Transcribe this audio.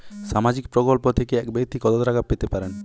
সামাজিক প্রকল্প থেকে এক ব্যাক্তি কত টাকা পেতে পারেন?